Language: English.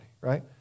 right